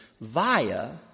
via